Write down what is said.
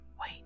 wait